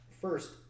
first